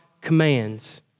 commands